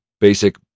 Basic